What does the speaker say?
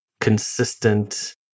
consistent